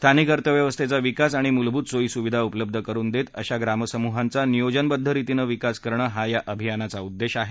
स्थानिक अर्थव्यवस्थेचा विकास आणि मूलभूत सोयीसुविधा उपलब्ध करून देत अशा ग्रामसमूहांचा नियोजबद्द रितीनं विकास करणं हा या अभियानाचा उद्देश आहे